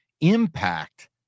impact